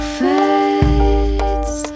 fades